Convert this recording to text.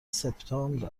سپتامبر